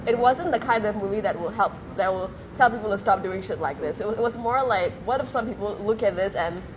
it wasn't the kind of movie that will help that will tell people to stop doing shit like this so it was more like what if some people look at this and